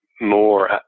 more